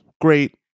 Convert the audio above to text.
great